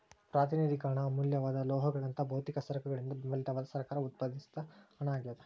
ಪ್ರಾತಿನಿಧಿಕ ಹಣ ಅಮೂಲ್ಯವಾದ ಲೋಹಗಳಂತಹ ಭೌತಿಕ ಸರಕುಗಳಿಂದ ಬೆಂಬಲಿತವಾದ ಸರ್ಕಾರ ಉತ್ಪಾದಿತ ಹಣ ಆಗ್ಯಾದ